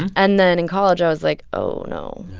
and then in college, i was like, oh, no.